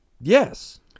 Yes